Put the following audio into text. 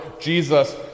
Jesus